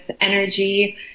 energy